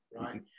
Right